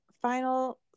final